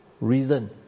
reason